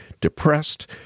depressed